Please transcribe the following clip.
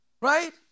Right